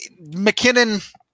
McKinnon